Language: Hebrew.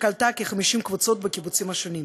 שקלטה כ-50 קבוצות בקיבוצים השונים.